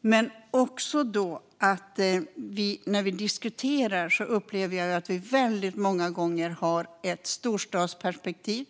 När vi diskuterar upplever jag att det många gånger finns ett storstadsperspektiv.